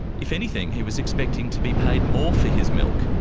if anything, he was expecting to be paid more for his milk,